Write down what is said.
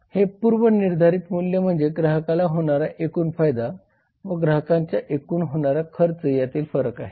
तर हे पूर्व निर्धारित मूल्य म्हणजे ग्राहकाला होणारा एकूण फायदा व ग्राहकांचा एकूण होणारा खर्च यातील फरक आहे